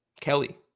Kelly